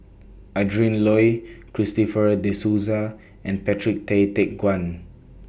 Adrin Loi Christopher De Souza and Patrick Tay Teck Guan